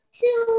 two